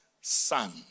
son